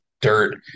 dirt